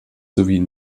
sowie